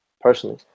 personally